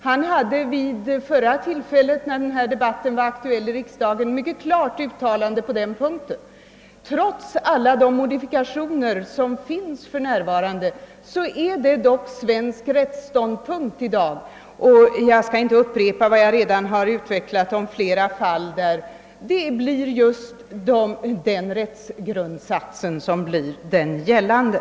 När denna fråga förra gången debatterades i riksdagen gjorde han ett mycket klart uttalande på den punkten. Trots alla de modifikationer som för närvarande finns är detta dock svensk rättsståndpunkt i dag. Jag skall inte upprepa vad jag tidigare utvecklat om de fall där denna rättsgrundsats blivit den gällande.